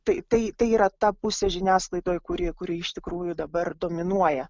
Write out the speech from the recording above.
tai tai tai yra ta pusė žiniasklaidoj kuri kuri iš tikrųjų dabar dominuoja